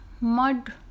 mud